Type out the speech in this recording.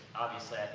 obviously, i